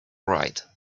right